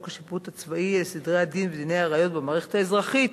השיפוט הצבאי לסדרי הדין ודיני הראיות במערכת האזרחית